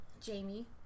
Jamie